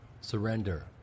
Surrender